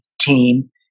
team